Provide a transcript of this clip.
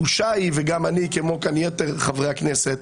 כמו יתר חברי הכנסת,